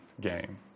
game